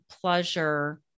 pleasure